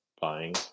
buying